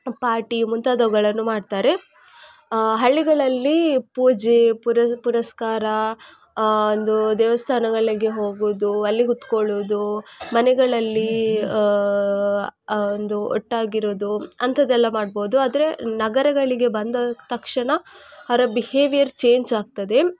party ಮುಂತಾದವುಗಳನ್ನು ಮಾಡ್ತಾರೆ ಹಳ್ಳಿಗಳಲ್ಲಿ ಪೂಜೆ ಪುನಸ್ಕಾರ ಒಂದು ದೇವಸ್ಥಾನಗಳಿಗೆ ಹೋಗೋದು ಅಲ್ಲಿ ಕೂತ್ಕೊಳ್ಳೋದೂ ಮನೆಗಳಲ್ಲಿ ಒಂದು ಒಟ್ಟಾಗಿರೋದು ಅಂಥದ್ದೆಲ್ಲ ಮಾಡ್ಬೋದು ಆದರೆ ನಗರಗಳಿಗೆ ಬಂದ ತಕ್ಷಣ ಅವರ ಬಿಹೇವಿಯರ್ ಚೇಂಜ್ ಆಗ್ತದೆ